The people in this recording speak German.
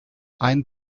ein